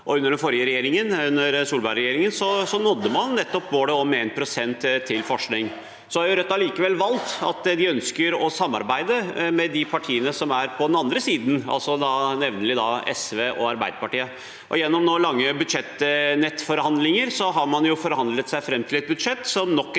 Under Solberg-regjeringen nådde man nettopp målet om 1 pst. til forskning. Så har Rødt allikevel valgt at de ønsker å samarbeide med de partiene som er på den andre siden, nemlig SV og Arbeiderpartiet. Gjennom lange budsjettforhandlinger har man jo forhandlet seg fram til et budsjett som nok en